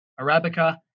Arabica